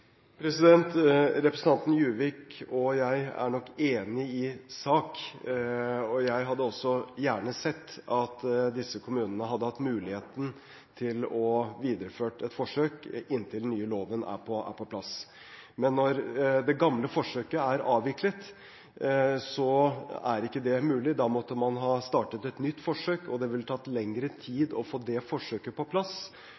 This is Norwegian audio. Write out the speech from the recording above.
Representanten Juvik og jeg er nok enig i sak. Jeg hadde også gjerne sett at disse kommunene hadde hatt muligheten til å videreføre et forsøk inntil den nye loven er på plass. Men når det gamle forsøket er avviklet, er ikke det mulig – da måtte man ha startet et nytt forsøk. Det ville tatt lengre